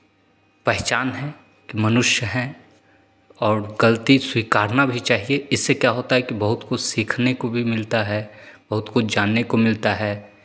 पहचान है कि मनुष्य है और गलती स्वीकारना भी चाहिए इससे क्या होता है कि बहुत कुछ सीखने को भी मिलता है बहुत कुछ जानने को मिलता है